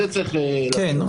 כן.